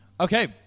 Okay